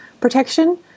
protection